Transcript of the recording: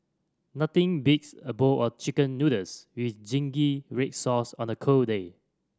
nothing beats a bowl of Chicken Noodles with zingy red sauce on a cold day